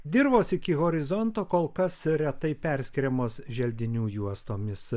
dirvos iki horizonto kol kas retai perskiriamos želdinių juostomis